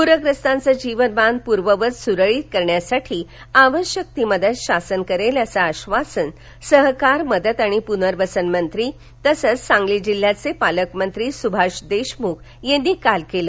पूरबाधितांचे जीवनमान पूर्ववत सुरळीत करण्यासाठी आवश्यक ती सर्व मदत शासन करेल असं आश्वासन सहकार मदत आणि पुनर्वसन मंत्री तथा सांगली जिल्ह्याये पालकमंत्री सुभाष देशमुख यांनी काल दिलं